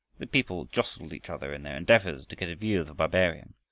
the people jostled each other in their endeavors to get a view of the barbarian.